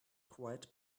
quite